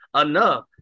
enough